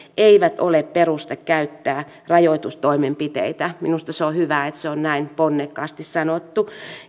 eivät ole peruste käyttää rajoitustoimenpiteitä minusta on hyvä että se on näin ponnekkaasti sanottu